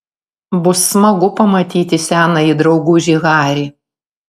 bus smagu pamatyti senąjį draugužį harį